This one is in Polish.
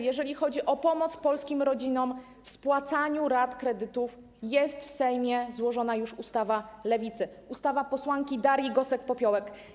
Jeżeli chodzi o pomoc polskim rodzinom w spłacaniu rat kredytów, jest w Sejmie złożona ustawa Lewicy, ustawa posłanki Darii Gosek-Popiołek.